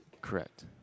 Correct